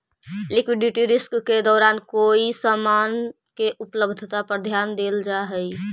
liquidity risk के दौरान कोई समान के उपलब्धता पर ध्यान देल जा हई